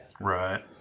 Right